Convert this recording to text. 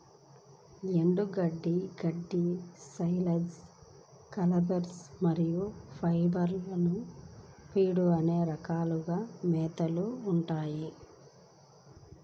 ఎండుగడ్డి, గడ్డి, silage, compressed మరియు పెల్లెట్ ఫీడ్లు అనే రకాలుగా మేతలు ఉంటాయి